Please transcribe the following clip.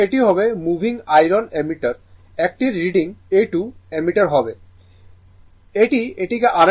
তো এটি হবে মুভিং আয়রন অ্যামিটার একটির রিডিং a 2 অ্যামমিটার হবে